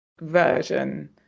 version